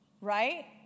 right